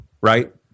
right